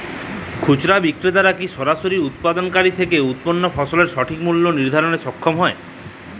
খুচরা বিক্রেতারা কী সরাসরি উৎপাদনকারী থেকে উৎপন্ন ফসলের সঠিক মূল্য নির্ধারণে সক্ষম হয়?